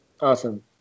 awesome